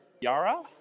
Yara